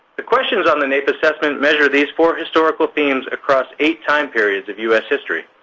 the questions on the naep assessment measure these four historical themes across eight time periods of u s. history.